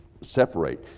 separate